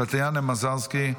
טטיאנה מזרסקי,